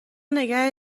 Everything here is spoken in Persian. نگه